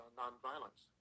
nonviolence